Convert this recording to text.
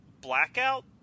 Blackout